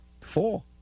four